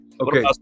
Okay